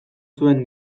zuen